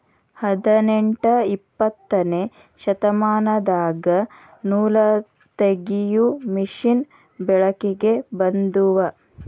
ಹದನೆಂಟ ಇಪ್ಪತ್ತನೆ ಶತಮಾನದಾಗ ನೂಲತಗಿಯು ಮಿಷನ್ ಬೆಳಕಿಗೆ ಬಂದುವ